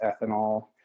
ethanol